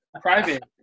Private